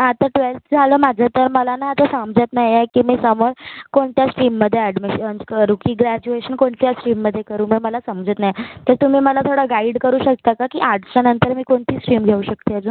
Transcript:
आता ट्वेल्थ झालं माझं तर मला ना आता समजत नाही आहे की मी समोर कोणत्या स्ट्रीममध्ये ॲडमिशन्स करू की ग्रॅज्युएशन कोणत्या स्ट्रीममध्ये करू मला समजत नाही तर तुम्ही मला थोडं गाइड करू शकता का की आर्ट्सच्या नंतर मी कोणती स्ट्रीम घेऊ शकते अजून